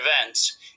events